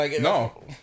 No